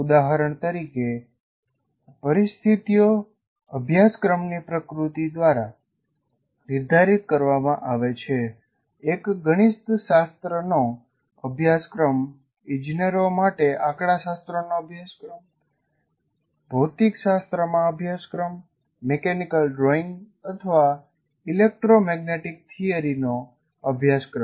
ઉદાહરણ તરીકે પરિસ્થિતિઓ અભ્યાસક્રમની પ્રકૃતિ દ્વારા નિર્ધારિત કરવામાં આવે છે એક ગણિતશાસ્ત્રનો અભ્યાસક્રમ ઇજનેરો માટે આંકડાશાસ્ત્રનો અભ્યાસક્રમ ભૌતિકશાસ્ત્રમાં અભ્યાસક્રમ મિકેનિકલ ડ્રોઇંગ અથવા ઇલેક્ટ્રોમેગ્નેટિક થિયરીનો અભ્યાસક્રમ